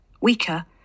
weaker